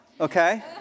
okay